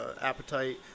Appetite